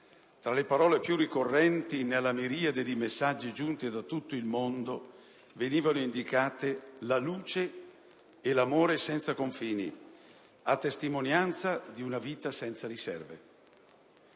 tra le parole più ricorrenti nella miriade di messaggi giunti da tutto il mondo, venivano indicate la luce e l'amore senza confini a testimonianza di una vita senza riserve.